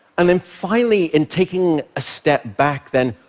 and then finally, in taking a step back, then,